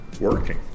working